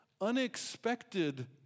unexpected